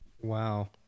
Wow